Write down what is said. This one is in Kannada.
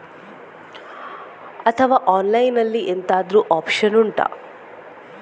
ಅಥವಾ ಆನ್ಲೈನ್ ಅಲ್ಲಿ ಎಂತಾದ್ರೂ ಒಪ್ಶನ್ ಉಂಟಾ